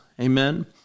Amen